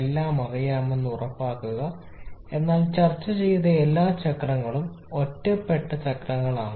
എല്ലാം അറിയാമെന്ന് ഉറപ്പാക്കുക എന്നാൽ ചർച്ച ചെയ്തത എല്ലാ ചക്രങ്ങളും ഒറ്റപ്പെട്ട ചക്രങ്ങളാണ്